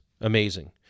Amazing